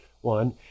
one